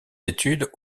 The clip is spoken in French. études